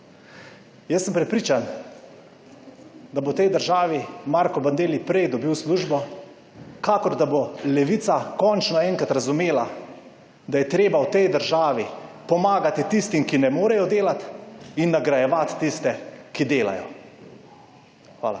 Jaz sem prepričan, da bo v tej državi Marko Bandelli prej dobil službo, kakor da bo Levica končno enkrat razumela, da je treba v tej državi pomagati tistim, ki ne morejo delati, in nagrajevati tiste, ki delajo. Hvala.